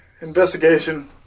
investigation